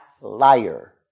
liar